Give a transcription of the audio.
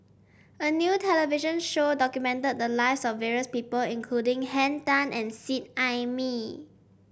a new television show documented the lives of various people including Henn Tan and Seet Ai Mee